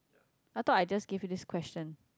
I thought I just gave you this question